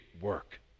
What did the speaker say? work